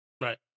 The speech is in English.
right